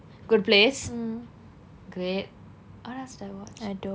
good place great what else did I watch